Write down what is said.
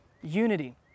unity